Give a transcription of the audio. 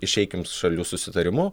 išeikim šalių susitarimu